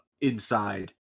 inside